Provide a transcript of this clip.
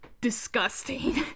disgusting